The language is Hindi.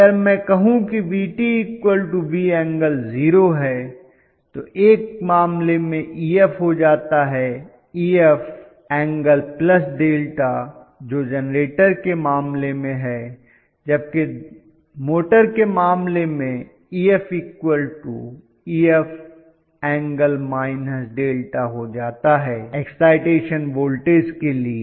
अगर मैं कहूं किVtV∠0°है तो एक मामले में Ef हो जाता हैEf∠जो जेनरेटर के मामले में है जबकि मोटर के मामले में EfEf∠ हो जाता है एक्साइटेशन वोल्टेज के लिए